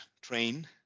train